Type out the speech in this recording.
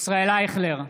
ישראל אייכלר,